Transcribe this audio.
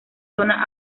zona